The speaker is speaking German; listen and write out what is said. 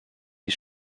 die